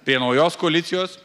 prie naujos koalicijos